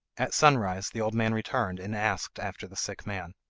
at sunrise the old man returned and asked after the sick man.